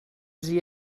sie